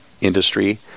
industry